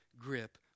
grip